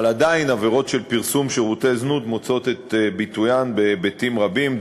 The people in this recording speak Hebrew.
אבל עדיין עבירות של פרסום שירותי זנות מוצאות את ביטוין בהיבטים רבים,